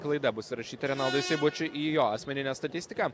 klaida bus surašyta renaldui seibučiui į jo asmeninę statistiką